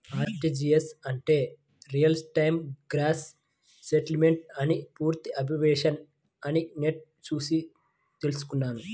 RTGS అంటే real time gross settlement అని పూర్తి అబ్రివేషన్ అని నెట్ చూసి తెల్సుకున్నాను